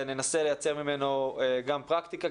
ננסה לייצר ממנו גם פרקטיקה,